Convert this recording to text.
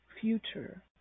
future